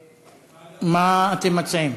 מה אתם מציעים?